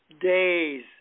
Days